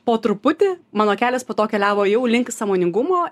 po truputį mano kelias po to keliavo jau link sąmoningumo